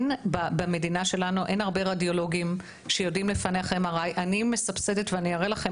במדינה שלנו אין הרבה רדיולוגים שיודעים לפענח MRI. אני מסבסדת,